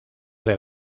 del